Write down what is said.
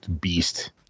Beast